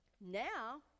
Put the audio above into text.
Now